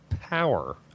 power